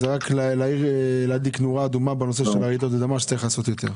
זה רק להדליק נורה אדומה בנושא של רעידות אדמה שצריך לעשות יותר.